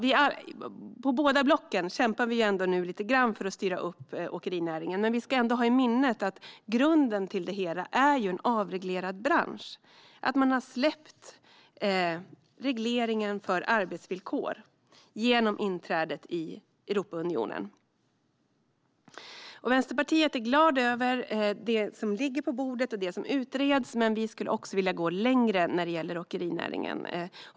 I båda blocken kämpar vi nu lite grann för att styra upp åkerinäringen, men vi ska ändå ha i minnet att grunden till det hela är en avreglerad bransch - att man har släppt regleringen för arbetsvillkor genom inträdet i Europaunionen. Vi i Vänsterpartiet är glada över det som ligger på bordet och det som utreds, men vi skulle också vilja gå längre när det gäller åkerinäringen.